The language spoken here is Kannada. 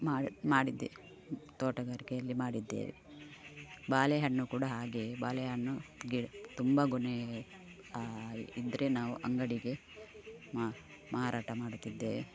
ಮಾಡಿ ಮಾಡಿದ್ದೆ ತೋಟಗಾರಿಕೆಯಲ್ಲಿ ಮಾಡಿದ್ದೇವೆ ಬಾಳೆಹಣ್ಣು ಕೂಡಾ ಹಾಗೆಯೇ ಬಾಳೆಹಣ್ಣು ಗಿಡ ತುಂಬ ಗೊನೆ ಇದ್ರೆ ನಾವು ಅಂಗಡಿಗೆ ಮಾರಾಟ ಮಾಡುತ್ತಿದ್ದೇವೆ